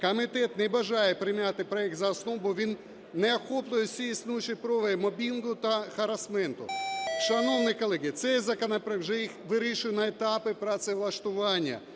Комітет не бажає прийняти проект за основу, бо він не охоплює всі існуючі прояви мобінгу та харасменту. Шановні колеги, цей законопроект вже їх вирішує на етапі працевлаштування.